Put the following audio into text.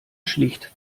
schlicht